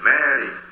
Mary